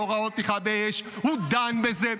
הוא התערב בהוראות פתיחה באש, הוא דן בזה.